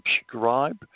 subscribe